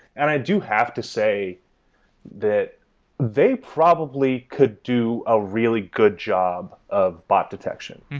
and i do have to say that they probably could do a really good job of bot detection.